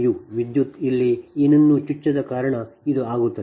u ವಿದ್ಯುತ್ ಇಲ್ಲಿ ಏನನ್ನೂ ಚುಚ್ಚದ ಕಾರಣ ಇದು ಆಗುತ್ತದೆ